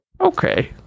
okay